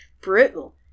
Brutal